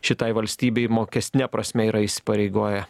šitai valstybei mokestine prasme yra įsipareigoję